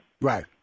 Right